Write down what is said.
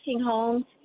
homes